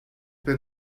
been